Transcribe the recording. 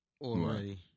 Already